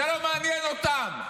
זה לא מעניין אותם.